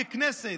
ככנסת,